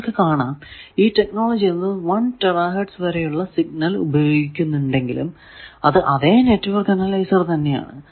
നിങ്ങൾക്കു കാണാം ഈ ടെക്നോളജി 1 ടെറാ ഹേർട്സ് വരെയുള്ള സിഗ്നൽ ഉപയോഗിക്കുന്നുണ്ടെങ്കിലും അത് അതെ നെറ്റ്വർക്ക് അനലൈസർ തന്നെ ആണ്